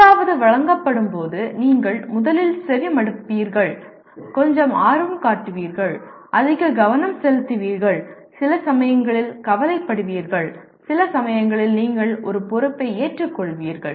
ஏதாவது வழங்கப்படும்போது நீங்கள் முதலில் செவிமடுப்பீர்கள் கொஞ்சம் ஆர்வம் காட்டுவீர்கள் அதிக கவனம் செலுத்துவீர்கள் சில சமயங்களில் கவலைப்படுவீர்கள் சில சமயங்களில் நீங்கள் ஒரு பொறுப்பை ஏற்றுக்கொள்வீர்கள்